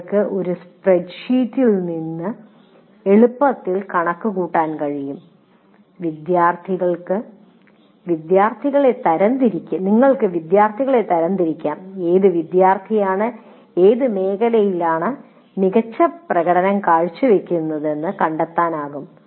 നിങ്ങൾക്ക് ഒരു സ്പ്രെഡ്ഷീറ്റിൽ നിന്ന് എളുപ്പത്തിൽ കണക്കുകൂട്ടാൻ കഴിയും നിങ്ങൾക്ക് വിദ്യാർത്ഥികളെ തരംതിരിക്കാം ഏത് വിദ്യാർത്ഥിയാണ് ഏത് മേഖലയിലാണ് മികച്ച പ്രകടനം കാഴ്ചവയ്ക്കുന്നതെന്ന് കണ്ടെത്താനാകും